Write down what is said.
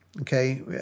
okay